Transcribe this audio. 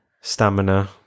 stamina